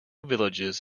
villages